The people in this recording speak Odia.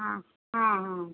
ହଁ ହଁ ହଁ